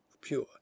pure